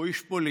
הוא איש פוליטי.